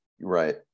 Right